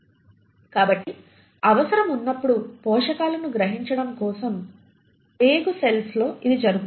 కాబట్టి అవసరం ఉన్నపుడు పోషకాలను గ్రహించడం కోసం పేగుసెల్స్లో ఇది జరుగుతుంది